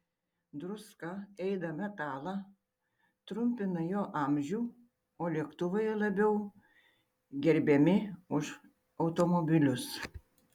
druska ėda metalą trumpina jo amžių o lėktuvai labiau gerbiami už automobilius